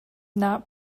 not